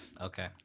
Okay